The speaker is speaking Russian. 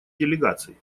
делегаций